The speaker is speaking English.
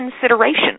consideration